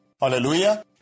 Hallelujah